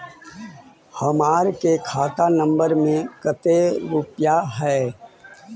हमार के खाता नंबर में कते रूपैया है?